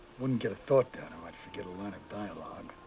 wouldn't get a thought down or i'd forget a line of dialogue.